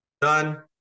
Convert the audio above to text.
Done